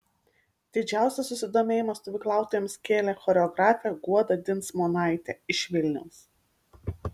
didžiausią susidomėjimą stovyklautojams kėlė choreografė guoda dinsmonaitė iš vilniaus